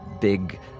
big